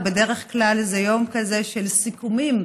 ובדרך כלל זה יום כזה של סיכומים,